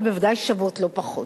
אבל בוודאי שוות לא פחות.